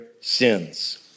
sins